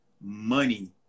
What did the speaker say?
money